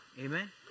Amen